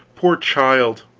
poor child,